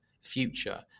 future